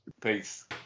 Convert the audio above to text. Peace